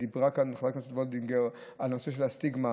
דיברה כאן חברת הכנסת וולדיגר על נושא הסטיגמה.